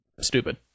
stupid